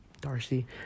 Darcy